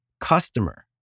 Customer